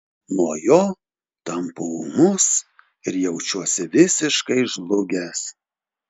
nuo jo tampu ūmus ir jaučiuosi visiškai žlugęs